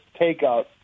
takeout